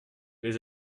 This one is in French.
les